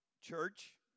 church